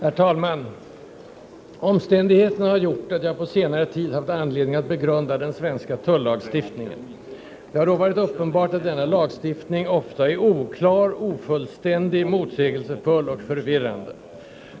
Herr talman! Omständigheterna har gjort att jag på senare tid haft anledning att begrunda den svenska tullagstiftningen. Det har då varit uppenbart att denna lagstiftning ofta är oklar, ofullständig, motsägelsefull och förvirrande.